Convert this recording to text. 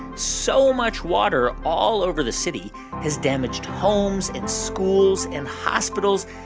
so much water all over the city has damaged homes, and schools and hospitals,